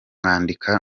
mwandika